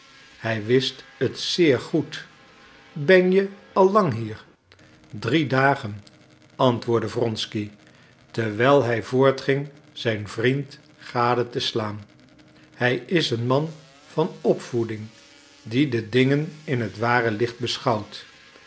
hij wist het zeer goed ben je al lang hier drie dagen antwoordde wronsky terwijl hij voortging zijn vriend gade te slaan hij is een man van opvoeding die de dingen in het ware licht beschouwt